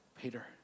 Peter